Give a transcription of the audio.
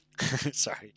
Sorry